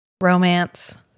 romance